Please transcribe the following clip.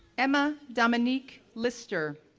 emma dominique lister,